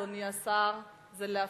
אדוני השר, זה להפנים.